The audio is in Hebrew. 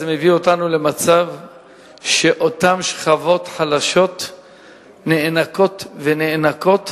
זה מביא אותנו למצב שאותן שכבות חלשות נאנקות ונאנקות